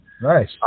Nice